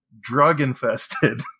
drug-infested